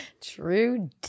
True